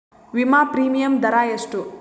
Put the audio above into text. ವಿಮಾ ಪ್ರೀಮಿಯಮ್ ದರಾ ಎಷ್ಟು?